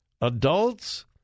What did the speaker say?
adults